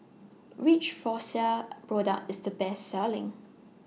Which Floxia Product IS The Best Selling